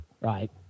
right